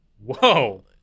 Whoa